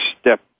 step